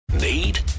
Need